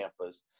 campus